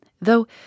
though